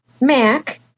Mac